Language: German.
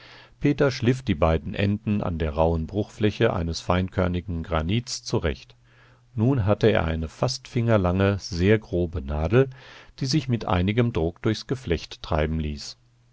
peter schliff die beiden enden an der rauhen bruchfläche eines feinkörnigen granits zurecht nun hatte er eine fast fingerlange sehr grobe nadel die sich mit einigem druck durchs geflecht treiben ließ